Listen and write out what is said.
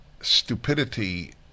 stupidity